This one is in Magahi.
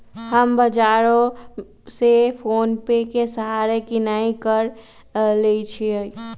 हम बजारो से फोनेपे के सहारे किनाई क लेईछियइ